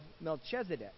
Melchizedek